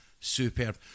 superb